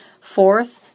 Fourth